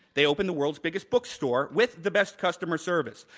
they opened the world's biggest bookstore with the best customer service.